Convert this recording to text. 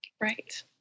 Right